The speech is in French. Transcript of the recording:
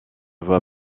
voie